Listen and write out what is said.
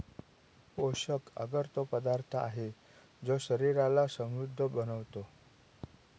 पोषक अगर तो पदार्थ आहे, जो शरीराला समृद्ध बनवतो